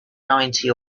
ninety